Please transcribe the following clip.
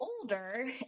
older